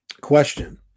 question